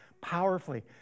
powerfully